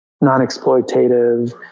non-exploitative